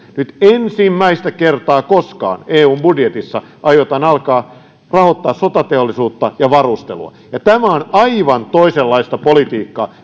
nyt ensimmäistä kertaa koskaan eun budjetissa aiotaan alkaa rahoittaa sotateollisuutta ja varustelua ja tämä on aivan toisenlaista politiikkaa kuin